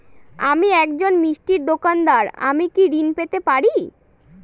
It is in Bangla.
আমি একজন মিষ্টির দোকাদার আমি কি ঋণ পেতে পারি?